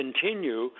continue